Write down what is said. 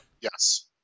Yes